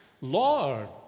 Lord